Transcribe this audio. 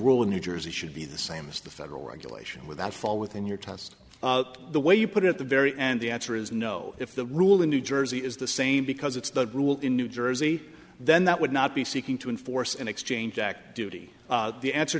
rule in new jersey should be the same as the federal regulation with that fall within your test the way you put it at the very end the answer is no if the rule in new jersey is the same because it's the rule in new jersey then that would not be seeking to enforce in exchange activity the answer